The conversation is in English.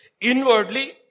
Inwardly